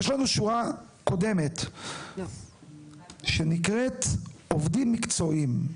יש לנו שורה קודמת, שנקראת "עובדים מקצועיים".